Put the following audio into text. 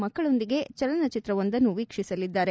ಮಕ್ಕೊಂದಿಗೆ ಚಲನಚಿತ್ರವೊಂದನ್ನು ವೀಕ್ಷಿಸಲಿದ್ದಾರೆ